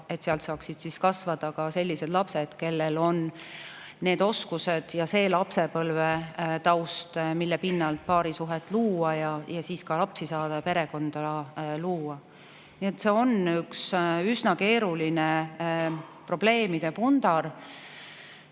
et sel juhul kasvaksid sellised lapsed, kellel on need oskused ja see lapsepõlvetaust, mille pinnalt paarisuhet luua ja ka lapsi saada, perekonda luua. Nii et see on üks üsna keeruline probleemide pundar. Ja